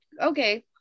okay